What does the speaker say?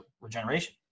regeneration